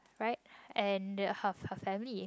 right and her her family